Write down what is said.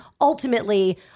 ultimately